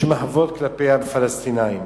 יש מחוות כלפי הפלסטינים,